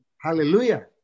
Hallelujah